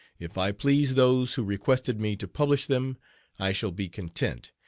if i please those who requested me to publish them i shall be content,